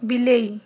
ବିଲେଇ